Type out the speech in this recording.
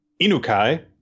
Inukai